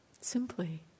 simply